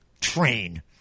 train